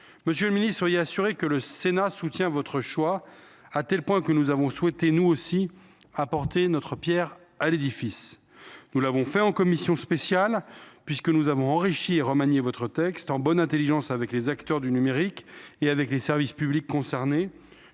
Monsieur le ministre, soyez assuré que le Sénat soutient votre choix, à tel point que nous avons souhaité, nous aussi, apporter notre pierre à l’édifice. Nous l’avons fait en commission spéciale puisque nous avons enrichi et remanié votre texte, en bonne intelligence avec les acteurs du numérique et avec les services publics concernés,